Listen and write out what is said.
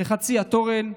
לחצי התורן בשגרירויות.